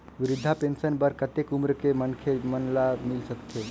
वृद्धा पेंशन बर कतेक उम्र के मनखे मन ल मिल सकथे?